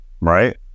right